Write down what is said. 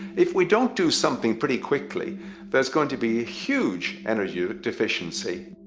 if we don't do something pretty quickly there's going to be a huge energy deficiency.